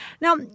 Now